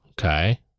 Okay